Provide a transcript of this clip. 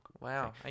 wow